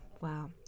wow